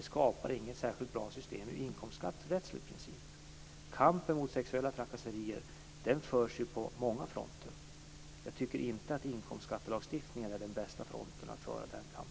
skapar inget särskilt bra system enligt inkomstskatterättslig princip. Kampen mot sexuella trakasserier förs på många fronter. Jag tycker inte att inkomstskattelagstiftningen är den bästa fronten för att föra den kampen.